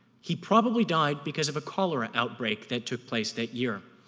he probably died because of a cholera outbreak that took place that year.